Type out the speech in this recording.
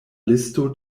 listo